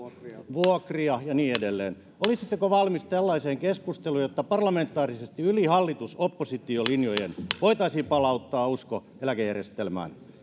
vuokria ja niin edelleen olisitteko valmis tällaiseen keskusteluun jotta parlamentaarisesti yli hallitus oppositio linjojen voitaisiin palauttaa usko eläkejärjestelmään